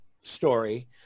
story